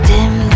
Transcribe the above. Dim